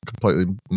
completely